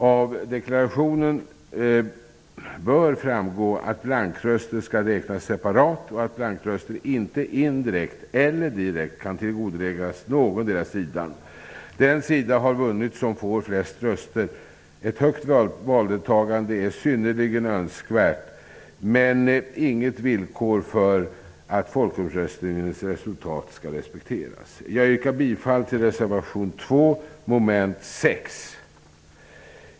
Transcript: Av deklarationen bör framgå att blankröster skall räknas separat och att de inte direkt eller indirekt kan tillgodoräknas någon sida. Den sida som får flest röster har vunnit. Ett högt valdeltagande är synnerligen önskvärt men är inget villkor för att folkomröstningens resultat skall respekteras. Jag yrkar bifall till reservation 2 mom. 6.